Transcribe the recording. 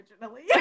originally